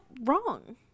wrong